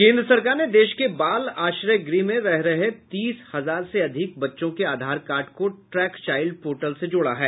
केन्द्र सरकार ने देश के बाल आश्रय गृह में रह रहे तीस हजार से अधिक बच्चों के आधार कार्ड को ट्रैक चाइल्ड पोर्टल से जोड़ा है